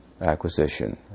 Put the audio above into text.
acquisition